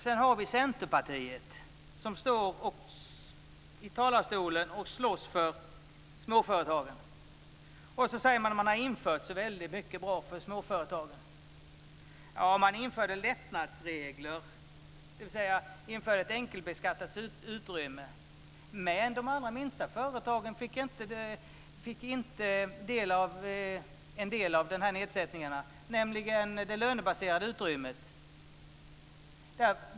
Sedan har vi Centerpartiet, som står i talarstolen och slåss för småföretagarna. Man säger att man har infört så väldigt mycket bra för småföretagarna. Man införde lättnadsregler, dvs. man införde ett enkelbeskattat utrymme. Men de allra minsta företagen fick inte del av en del av de här nedsättningarna, nämligen det lönebaserade utrymmet.